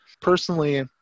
personally